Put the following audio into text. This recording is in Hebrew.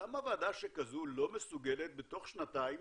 למה ועדה שכזו לא מסוגלת בתוך שנתיים